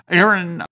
Aaron